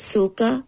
Suka